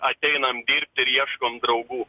ateinam dirbt ir ieškom draugų